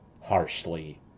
harshly